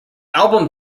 album